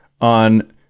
on